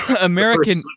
American